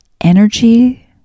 energy